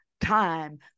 time